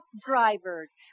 drivers